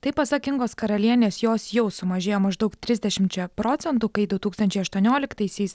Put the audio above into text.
tai pasak ingos karalienės jos jau sumažėjo maždaug trisdešimčia procentų kai du tūkstančiai aštuonioliktaisiais